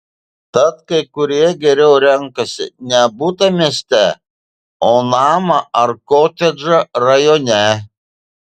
tad kai kurie geriau renkasi ne butą mieste o namą ar kotedžą rajone